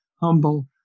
humble